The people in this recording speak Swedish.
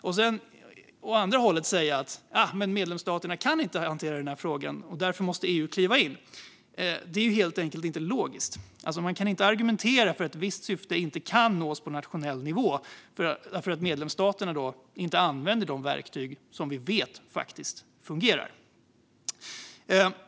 och å andra sidan säga att medlemsländerna inte kan hantera frågan och att EU därför måste kliva in är helt enkelt inte logiskt. Man kan ju inte argumentera för att ett visst syfte inte kan nås på nationell nivå bara för att medlemsstaterna inte använder de verktyg som vi vet faktiskt fungerar.